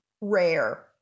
rare